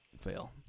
fail